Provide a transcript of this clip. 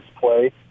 play